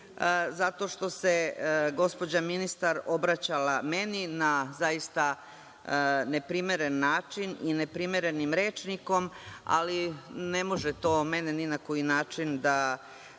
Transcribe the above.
zato što se gospođa ministar obraćala meni na zaista neprimeren način i neprimerenim rečnikom, ali ne može to mene ni na koji način da